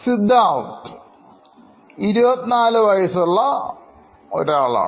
Siddharth 24 വയസ്സുള്ള ഒരാളാണ്